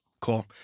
Cool